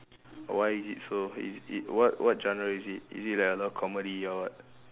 why is it so it it what what genre is it is it like a love comedy or what